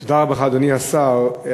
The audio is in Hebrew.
תודה, אדוני השר.